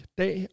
dag